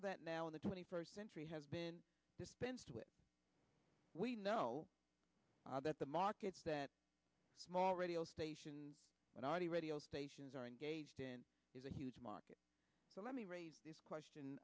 of that now in the twenty first century has been dispensed with we know that the markets that small radio station and already radio stations are engaged in is a huge market so let me raise this question